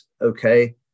okay